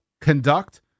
conduct